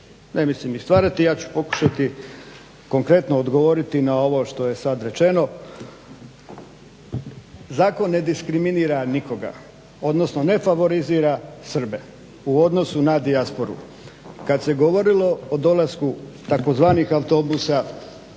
Ne mislim ih stvarati i ja ću pokušati konkretno odgovoriti na ovo što je sad rečeno. Zakon ne diskriminira nikoga, odnosno ne favorizira Srbe u odnosu na dijasporu. Kad se govorilo o dolasku tzv. autobusa